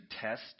test